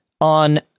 on